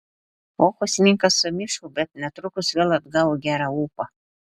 fokusininkas sumišo bet netrukus vėl atgavo gerą ūpą